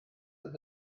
oedd